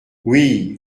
oui